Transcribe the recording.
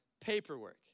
paperwork